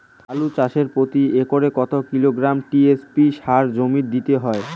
আলু চাষে প্রতি একরে কত কিলোগ্রাম টি.এস.পি সার জমিতে দিতে হয়?